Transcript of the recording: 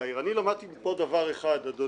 בסוף, הכסף כנראה יותר חשוב מהביטחון,